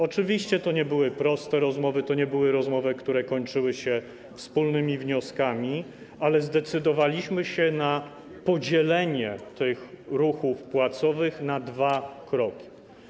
Oczywiście to nie były proste rozmowy, to nie były rozmowy, które kończyły się wspólnymi wnioskami, ale zdecydowaliśmy się na podzielenie tych ruchów płacowych na dwa kroki.